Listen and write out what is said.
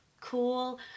cool